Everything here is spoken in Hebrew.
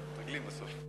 מתכבד לפתוח את ישיבת